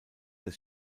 des